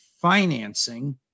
financing